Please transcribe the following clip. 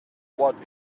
what